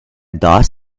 doss